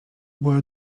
była